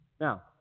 Now